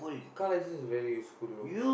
car license is very useful loh